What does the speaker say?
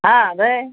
ആ അതേ